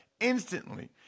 instantly